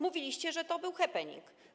Mówiliście, że to był happening.